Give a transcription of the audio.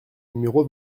numéro